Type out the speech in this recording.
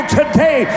today